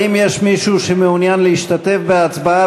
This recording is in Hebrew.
האם יש מישהו שמעוניין להשתתף בהצבעה